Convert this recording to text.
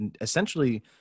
Essentially